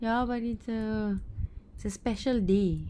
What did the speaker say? ya but it's a it's a special day